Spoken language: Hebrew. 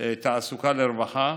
תעסוקה ורווחה,